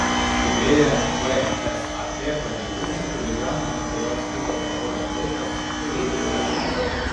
atskubėję vsat pareigūnai chuliganą nuo kurio sklido alkoholio tvaikas sulaikė